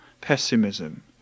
pessimism